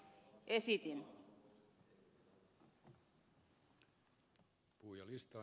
arvoisa puhemies